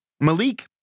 Malik